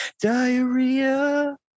diarrhea